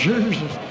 Jesus